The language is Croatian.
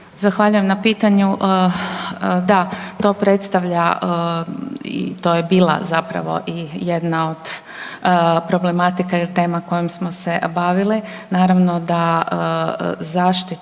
Zahvaljujem na pitanju. Da, to predstavlja i to je bila zapravo i jedna od problematika i tema s kojom smo se bavili, naravno da zaštita